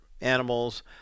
animals